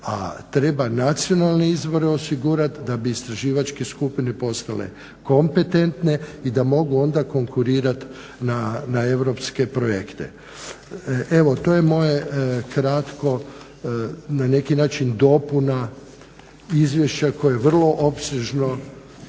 treba nacionalne izvore osigurat da bi istraživačke skupine postale kompetentne i da mogu onda konkurirat na europske projekte. Evo, to je moje kratko, na neki način dopuna izvješća koje je vrlo opsežno,